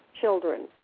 children